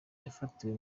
yafatiwe